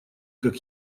как